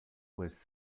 was